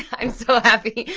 i'm so happy.